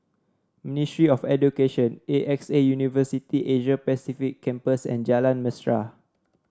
Ministry of Education A X A University Asia Pacific Campus and Jalan Mesra